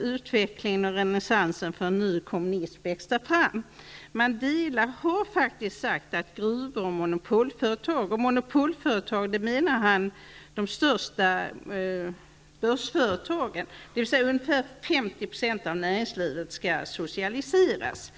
utvecklingen och renässansen för en ny kommunism skall växa fram i Sydafrika. Mandela har uttalat att gruvor och monopolföretag skall socialiseras. Med detta avser han de största börsföretagen, dvs. ca 50 % av näringslivet.